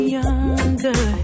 younger